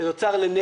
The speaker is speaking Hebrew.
ואת התוצר לנפש,